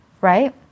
Right